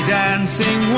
dancing